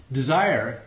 desire